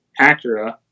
Acura